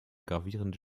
gravierende